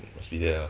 mm must be there ah